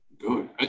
Good